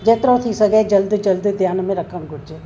जेतिरो थी सघे जल्दी जल्दी धियान में रखणु घुरिजे